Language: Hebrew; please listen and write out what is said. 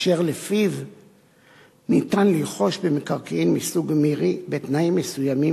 אשר לפיו ניתן לרוכש במקרקעין מסוג מירי בתנאים מסוימים